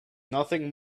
nothing